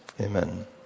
amen